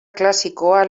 klasikoa